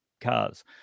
cars